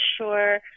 sure